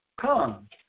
Come